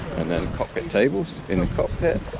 and then cockpit tables in the cockpit,